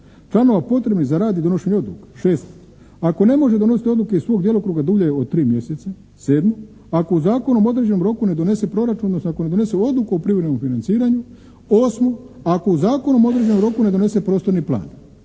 članova potrebnih za rad i donošenje odluka. 6. Ako ne može donositi odluke iz svog djelokruga dulje od 3 mjeseca. 7. Ako u zakonom određenom roku ne donese proračun odnosno ako ne donese odluku o privremenom financiranju. 8. Ako u zakonom određenom roku ne donese prostorni plan.